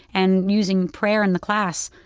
and using prayer in the class,